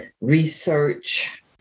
research